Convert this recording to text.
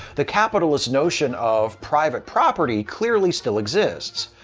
the capitalist notion of private property clearly still exists.